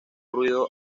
ruido